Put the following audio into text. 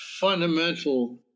fundamental